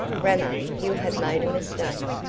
ramo, you have made a mistake.